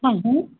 हूँ हूँ